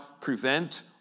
prevent